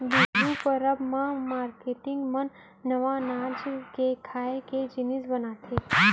बिहू परब म मारकेटिंग मन नवा अनाज ले खाए के जिनिस बनाथे